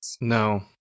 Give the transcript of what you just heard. No